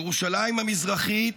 ירושלים המזרחית